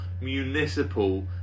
municipal